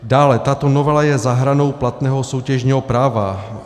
Dále tato novela je za hranou platného soutěžního práva.